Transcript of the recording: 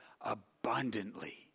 abundantly